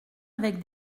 avec